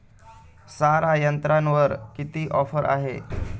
सारा यंत्रावर किती ऑफर आहे?